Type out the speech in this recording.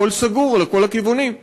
הכול סגור לכל הכיוונים.